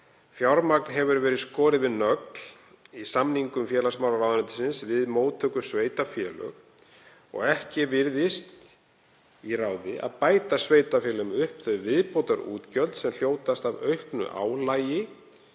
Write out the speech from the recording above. Fjármagn hefur verið skorið við nögl í samningum félagsmálaráðuneytis við móttökusveitarfélög og ekki virðist í bígerð að bæta sveitarfélögunum upp þau viðbótarútgjöld sem hljótast af auknu álagi